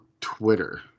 Twitter